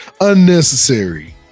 unnecessary